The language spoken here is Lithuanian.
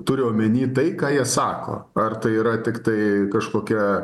turi omeny tai ką jie sako ar tai yra tiktai kažkokia